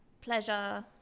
pleasure